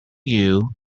you